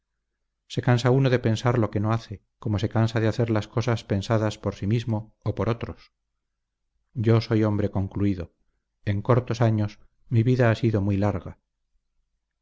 se cansa uno de pensar lo que no hace como se cansa de hacer las cosas pensadas por sí mismo o por otros yo soy hombre concluido en cortos años mi vida ha sido muy larga